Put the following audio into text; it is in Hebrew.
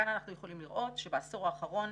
כאן אנחנו יכולים לראות שבעשור האחרון